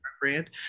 brand